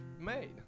made